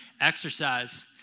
exercise